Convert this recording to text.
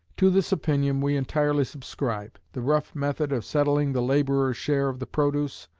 to this opinion we entirely subscribe. the rough method of settling the labourer's share of the produce,